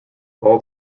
all